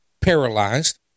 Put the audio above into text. paralyzed